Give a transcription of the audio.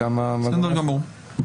בסדר גמור.